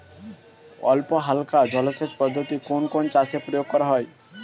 অল্পহালকা জলসেচ পদ্ধতি কোন কোন চাষে প্রয়োগ করা হয়?